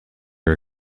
are